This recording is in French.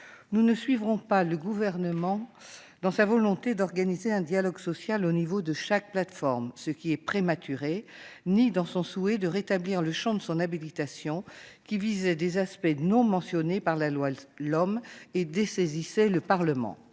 Nous ne suivrons pas le Gouvernement dans sa volonté d'organiser un dialogue social au niveau de chaque plateforme- ce qui est prématuré -ni dans son souhait de rétablir le champ de son habilitation, qui visait des aspects non mentionnés par la loi LOM et dessaisissait le Parlement.